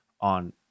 on